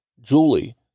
Julie